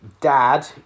dad